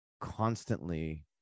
constantly